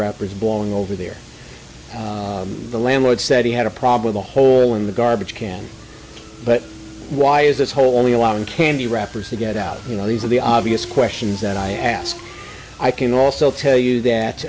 wrappers blowing over there the landlord said he had a problem a hole in the garbage can but why is this hole only allowing candy wrappers to get out you know these are the obvious questions and i ask i can also tell you that